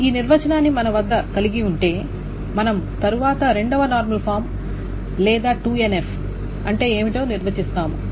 ఈ నిర్వచనాన్ని మన వద్ద కలిగి ఉంటే మనం తరువాత 2 వ నార్మల్ ఫామ్ లేదా 2 NF అంటే ఏమిటో నిర్వచిస్తాము